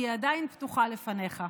היא עדיין פתוחה לפניך.